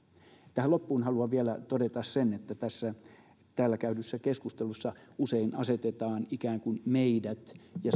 tähän loppuun haluan vielä todeta sen että tässä täällä käydyssä keskustelussa usein asetetaan ikään kuin meidät ja